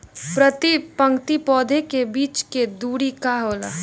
प्रति पंक्ति पौधे के बीच के दुरी का होला?